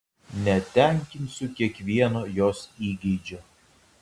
netenkinsiu kiekvieno jos įgeidžio